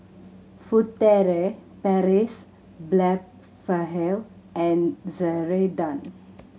Furtere Paris Blephagel and Ceradan